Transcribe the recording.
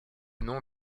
nom